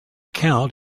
count